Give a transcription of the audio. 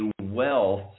wealth